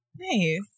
Nice